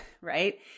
right